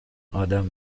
آدام